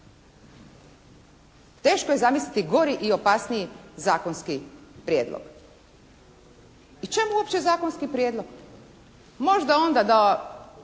Teško je zamisliti gori i opasniji zakonski prijedlog. I čemu uopće zakonski prijedlog? Možda onda da